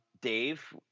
Dave